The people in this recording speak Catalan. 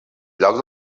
lloc